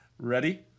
ready